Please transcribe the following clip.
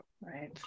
right